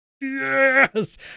Yes